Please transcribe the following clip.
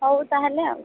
ହଉ ତା'ହେଲେ ଆଉ